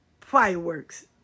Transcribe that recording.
fireworks